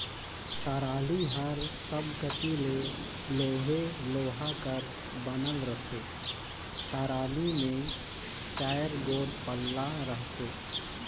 trolley हर सब कती ले लोहे लोहा कर बनल रहथे, टराली मे चाएर गोट पल्ला रहथे